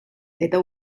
eta